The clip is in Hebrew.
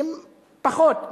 שהם פחות,